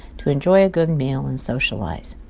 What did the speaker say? to enjoy a good meal and socialize.